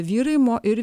vyrai ir